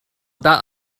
that